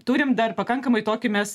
turim dar pakankamai tokį mes